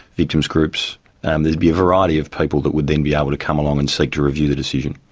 victims groups, and there'd be a variety of people that would then be able to come along and seek to review the decision.